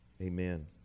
Amen